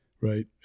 right